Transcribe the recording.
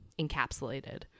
encapsulated